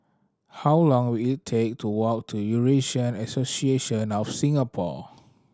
how long will it take to walk to Eurasian Association of Singapore